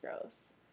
gross